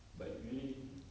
but usually